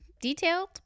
detailed